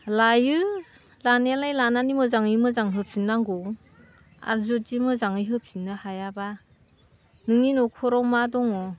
लायो लानायालाय लानानै मोजाङै मोजां होफिननांगौ आरो जुदि मोजाङै होफिननो हायाब्ला नोंनि न'खराव मा दङ